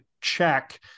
check